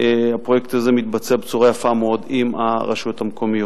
הפרויקט הזה מתבצע בצורה יפה מאוד עם הרשויות המקומיות.